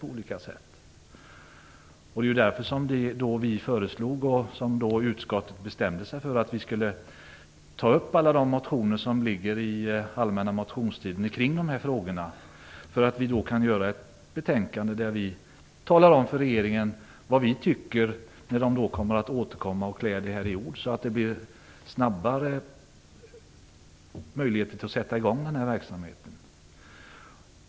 Det var därför som vi föreslog och som utskottet bestämde sig för att ta upp alla de motioner i dessa frågor som väckts under den allmänna motionstiden. Vi kan då lägga fram ett betänkande där vi talar om för regeringen vad vi tycker och kan skapa möjligheter för den att snabbare sätta i gång denna verksamhet.